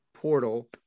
portal